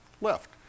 left